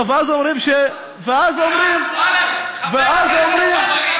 אדוני היושב-ראש,